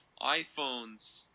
iPhones